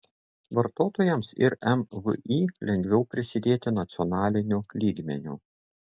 vartotojams ir mvį lengviau prisidėti nacionaliniu lygmeniu